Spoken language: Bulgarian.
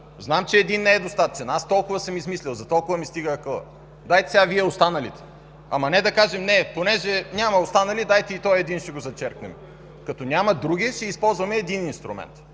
Знам, че един не е достатъчен. Аз толкова съм измислил, за толкова ми стига акълът. Дайте сега Вие, останалите! Ама не да кажем: не, понеже няма останали, дайте и този един ще го зачеркнем. Като няма други, ще използваме един инструмент.